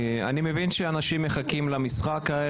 הוגשה בקשה להקדמת דיון בקריאה